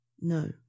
No